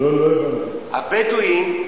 הבדואים,